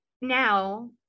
now